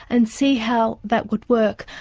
and see how that would work.